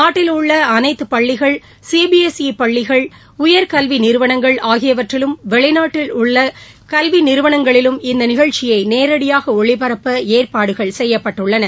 நாட்டிலுள்ள அனைத்து பள்ளிகள் சி பி எஸ் ஈ பள்ளிகள் உயர்கல்வி நிறுவனங்கள் ஆகியவற்றிலும் வெளிநாட்டிலுள்ள கல்வி நிறுவனங்களிலும் இந்த நிகழ்ச்சியை நேரடியாக ஒளிபரப்ப ஏற்பாடுகள் செய்யப்பட்டுள்ளன